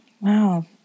Wow